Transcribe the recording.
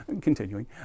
Continuing